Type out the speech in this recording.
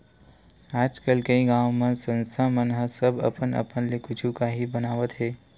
आजकल कइ गाँव म संस्था मन ह सब अपन अपन ले कुछु काही बनावत हे